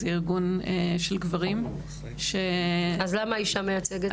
זה ארגון של גברים --- אז למה אישה מייצגת אותו?